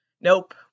Nope